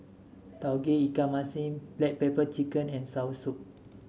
Tauge Ikan Masin Black Pepper Chicken and soursop